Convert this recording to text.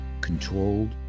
controlled